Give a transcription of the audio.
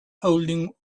holding